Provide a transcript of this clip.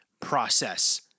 process